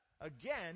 again